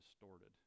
distorted